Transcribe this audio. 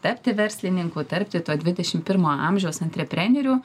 tapti verslininku tarpti to dvidešim pirmo amžiaus antrepreneriu